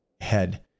head